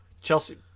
Chelsea